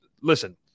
Listen